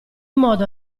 modo